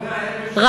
את כל דברי,